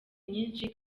myinshi